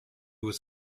was